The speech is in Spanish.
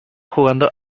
jugando